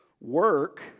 Work